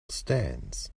stands